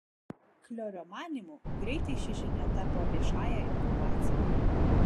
kliorio manymu greitai ši žinia tapo viešąja informacija